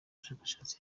bushakashatsi